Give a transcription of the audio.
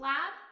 Lab